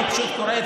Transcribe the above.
אני פשוט קורא,